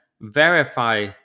Verify